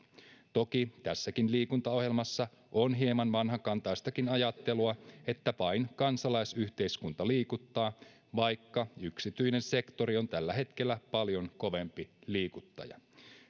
toki tässäkin liikuntaohjelmassa on hieman vanhakantaistakin ajattelua että vain kansalaisyhteiskunta liikuttaa vaikka yksityinen sektori on tällä hetkellä paljon kovempi liikuttaja